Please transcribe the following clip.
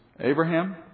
Abraham